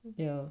yeah